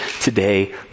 today